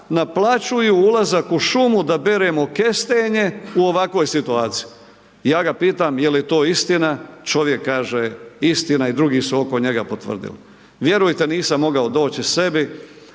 naplaćuju ulazak u šumu da beremo kestenje u ovakvoj situaciji. Ja ga pitam jel je to istina, čovjek kaže istina i drugi su oko njega potvrdili, vjerujte, nisam mogao doći sebi.